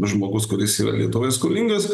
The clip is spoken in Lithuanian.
žmogus kuris yra lietuvoje skolingas